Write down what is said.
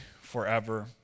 forever